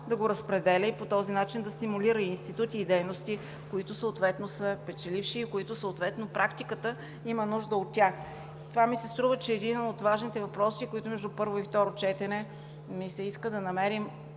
да го разпределя и по този начин да стимулира институти и дейности, които съответно са печеливши и практиката има нужда от тях. Това ми се струва, че е един от важните въпроси, на които между първо и второ четене ми се иска да намерим